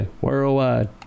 Worldwide